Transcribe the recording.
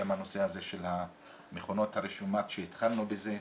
גם הנושא הזה של מכונות הרשיומט שהתחלנו בזה,